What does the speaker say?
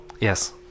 Yes